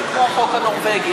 זה כמו החוק הנורבגי,